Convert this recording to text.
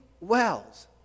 wells